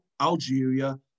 Algeria